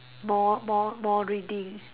more more more reading